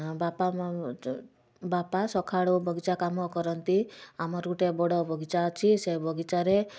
ବାପା ବାପା ସକାଳୁ ବଗିଚା କାମ କରନ୍ତି ଆମରୁ ଗୋଟେ ବଡ଼ ବଗିଚା ଅଛି ସେ ବଗିଚାରେ